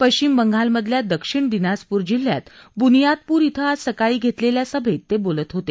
पश्विम बंगालमधल्या दक्षिण दिनाजपूर जिल्ह्यात बुनियादपूर कें आज सकाळी घेतलेल्या सभेत ते बोलत होते